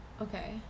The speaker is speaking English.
Okay